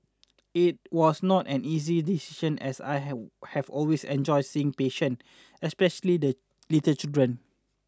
it was not an easy decision as I have have always enjoyed seeing patient especially the little children